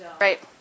Right